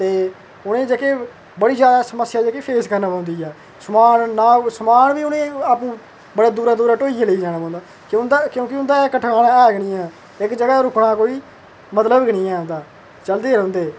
ते उ'नें जेह्के बड़ी जादा समस्या जेह्ड़ी फेस करना पौंदी ऐ समान नां समान बी उनें आपूं बड़े दूरां दूरां ढोइयै लेना पौंदा उं'दा क्योंकी उं'दा इक ठकाना ऐ गै निं ऐ इक जगह् रुकना दा कोई मतलब गै निं ऐ उंदा चलदे गै रौंह्दे